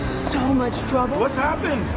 so much trouble. what's happened?